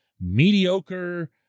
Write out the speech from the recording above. mediocre